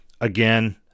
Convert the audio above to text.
again